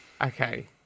Okay